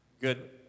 good